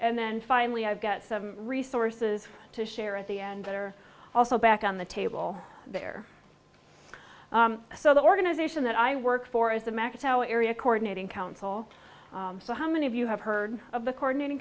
and then finally i've got some resources to share at the end that are also back on the table there so the organization that i work for is the max how area coordinating council so how many of you have heard of the coordinating